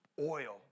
oil